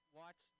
watch